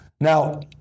Now